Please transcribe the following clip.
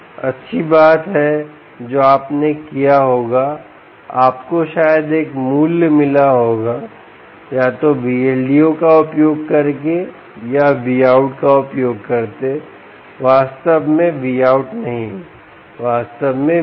अच्छी बात है जो आपने किया होगा आपको शायद एक मूल्य मिला होगा या तो Vldo का उपयोग करके या Vout का उपयोग करके वास्तव में Vout नहीं वास्तव में Vldo